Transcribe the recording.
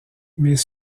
mes